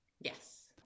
yes